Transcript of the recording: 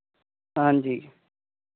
ਹਾਂਜੀ